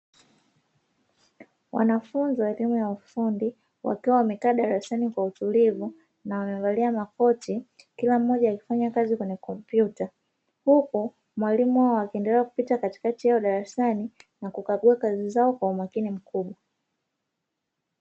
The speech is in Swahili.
Wanafunzi wa elimu ya ufundi wakiwa wamekaa darasani kwa utulivu na wamevalia makoti. Kila mmoja akifanya kazi kwenye kompyuta huku mwalimu wao akiendelea kupita katikati yao darsana na kukagua kazi zao kwa umakini mkubwa.